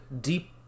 deep